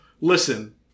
listen